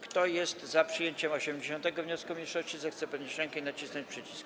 Kto jest za przyjęciem 80. wniosku mniejszości, zechce podnieść rękę i nacisnąć przycisk.